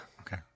Okay